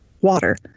water